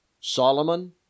Solomon